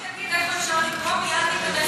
רק שיגיד איפה אפשר לקרוא, מייד ניכנס לאתר.